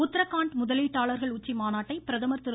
உத்ரகாண்ட் முதலீட்டாளர்கள் உச்சி மாநாட்டை பிரதமர் திரு